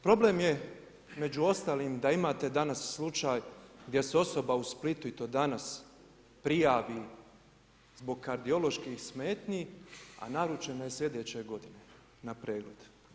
Problem je među ostalim da imate danas slučaj gdje se osoba u Splitu i to danas prijavi zbog kardioloških smetnji a naručen je slijedeće godine na pregled.